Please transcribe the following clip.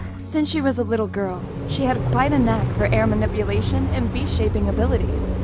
since she was a little girl, she had quite a knack for air manipulation and beast shaping abilities.